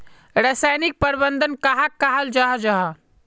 रासायनिक प्रबंधन कहाक कहाल जाहा जाहा?